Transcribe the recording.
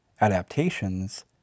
adaptations